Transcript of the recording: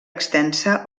extensa